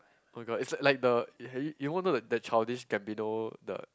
oh-my-god it's like the have you you won't know the the Childish-Gambino the